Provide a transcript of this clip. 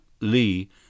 Lee